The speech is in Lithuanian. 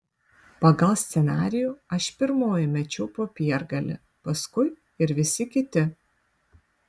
pagal scenarijų aš pirmoji mečiau popiergalį paskui ir visi kiti